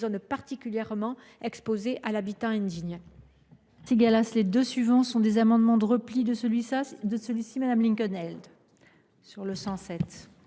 zones particulièrement exposées à l’habitat indigne.